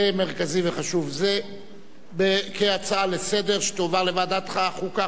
מרכזי וחשוב זה כהצעה לסדר-היום שתועבר לוועדת החוקה,